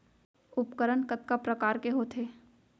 उपकरण कतका प्रकार के होथे?